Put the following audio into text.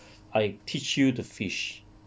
I teach you to fish